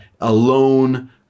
alone